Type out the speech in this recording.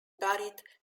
buried